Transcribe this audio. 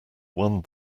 one